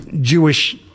jewish